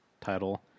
title